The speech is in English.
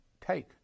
take